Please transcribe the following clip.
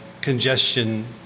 congestion